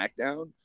SmackDown